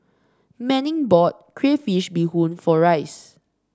Manning bought Crayfish Beehoon for Rice